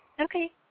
Okay